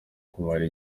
kumara